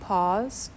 Pause